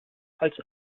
als